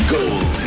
Gold